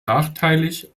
nachteilig